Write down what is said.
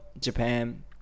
Japan